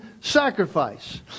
sacrifice